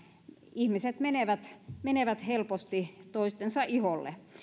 ihmiset menevät menevät helposti toistensa iholle